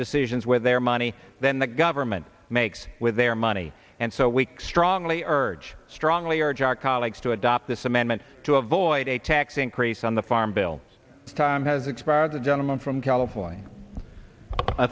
decisions with their money than the government makes with their money and so week strongly urge strongly urge our colleagues to adopt this amendment to avoid a tax increase on the farm bill as the time has expired the gentleman from california i